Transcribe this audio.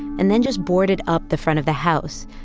and then just boarded up the front of the house.